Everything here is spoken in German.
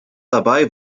dabei